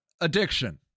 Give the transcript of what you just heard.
addiction